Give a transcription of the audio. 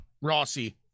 rossi